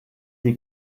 die